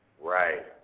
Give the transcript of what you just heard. Right